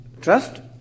trust